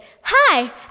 Hi